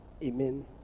amen